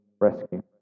rescue